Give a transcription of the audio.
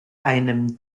einem